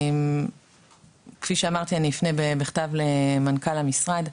כפי שאמרתי, אפנה בכתב למנכ"ל המשרד.